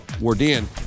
Wardian